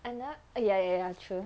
and then ah ya ya ya true